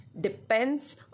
depends